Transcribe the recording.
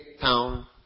town